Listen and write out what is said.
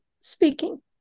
speaking